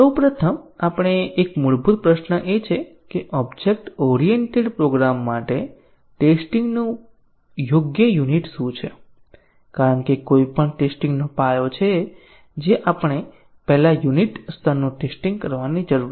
સૌપ્રથમ આપણે આ એક મૂળભૂત પ્રશ્ન છે કે ઓબ્જેક્ટ ઓરિએન્ટેડ પ્રોગ્રામ્સ માટે ટેસ્ટીંગ નું યોગ્ય યુનિટ શું છે કારણ કે આ કોઈપણ ટેસ્ટીંગ નો પાયો છે જે આપણે પહેલા યુનિટ સ્તરનું ટેસ્ટીંગ કરવાની જરૂર છે